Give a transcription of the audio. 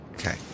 Okay